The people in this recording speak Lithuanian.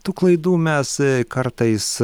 tų klaidų mes kartais